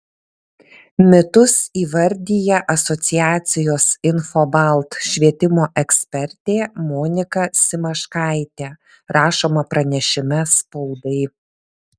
mitus įvardija asociacijos infobalt švietimo ekspertė monika simaškaitė rašoma pranešime spaudai